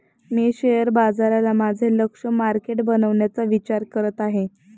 मी share बाजाराला माझे लक्ष्य मार्केट बनवण्याचा विचार करत आहे